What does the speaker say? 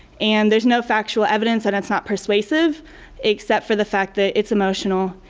and there is no factual evidence and it's not persuasive except for the fact that it's emotional,